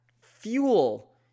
fuel